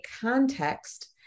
context